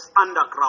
underground